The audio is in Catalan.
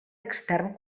extern